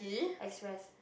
express